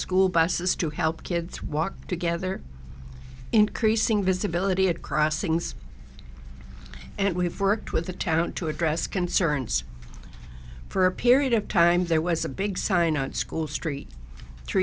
school buses to help kids walk together increasing visibility at crossings and we have worked with the town to address concerns for a period of time there was a big sign on school street